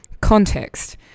context